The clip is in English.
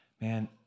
man